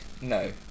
No